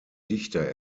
dichter